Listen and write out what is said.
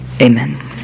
amen